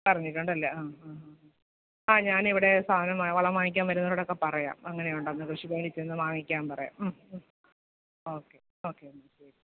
പറഞ്ഞിട്ടുണ്ടല്ലേ ആ ആ ആ ആ ഞാനിവിടെ സാധനം വളം വാങ്ങിക്കാൻ വരുന്നവരോടൊക്കെ പറയാം അങ്ങനെയുണ്ടെന്ന് കൃഷിഭവനിൽച്ചെന്ന് വാങ്ങിക്കാൻ പറയാം ഓക്കെ ഓക്കെ എന്നാൽ ശരി